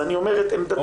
אז אני אומר את עמדתי.